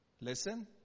Listen